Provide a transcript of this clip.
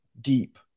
Deep